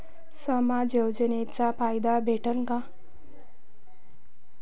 समाज योजनेचा फायदा भेटन का?